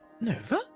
Nova